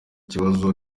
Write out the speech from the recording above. kibazo